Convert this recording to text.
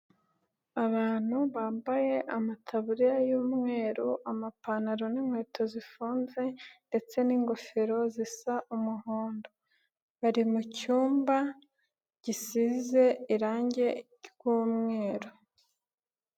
Abantu bambaye amataburiya y'umweru amapantaro n'inkweto zifunze ndetse n'ingofero zisa umuhondo, bari mucyumba gisize irangi ryumweru.